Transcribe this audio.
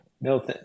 No